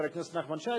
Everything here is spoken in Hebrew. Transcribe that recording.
חבר הכנסת נחמן שי,